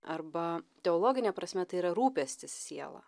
arba teologine prasme tai yra rūpestis siela